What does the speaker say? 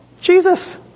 Jesus